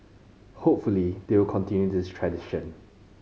hopefully they will continue this tradition